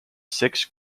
six